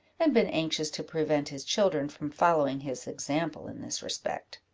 and been anxious to prevent his children from following his example in this respect.